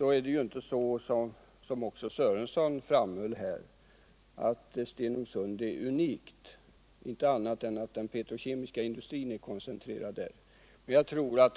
är det inte så — vilket också Lars-Ingvar Sörenson framhöll — att Stenungsund är unikt, inte på annat sätt än att den petrokemiska industrin är koncentrerad där.